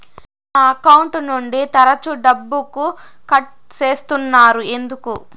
నా అకౌంట్ నుండి తరచు డబ్బుకు కట్ సేస్తున్నారు ఎందుకు